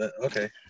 Okay